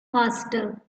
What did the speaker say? faster